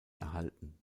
erhalten